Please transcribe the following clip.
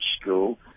school